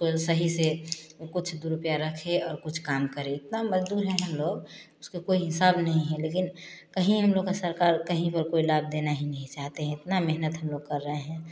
उसको सही से कुछ रुपया रखें और कुछ काम करें इतना मजदूर हैं हम लोग उसके कोई हिसाब नहीं है लेकिन कहीं हम लोग का सरकार कहीं पर कोई लाभ देना ही नहीं चाहते हैं इतना मेहनत हम लोग कर रहे हैं